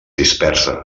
dispersa